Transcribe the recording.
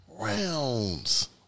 Rounds